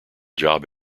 job